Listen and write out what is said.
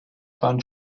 bahn